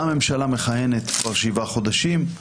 הממשלה מכהנת כבר 7 חודשים.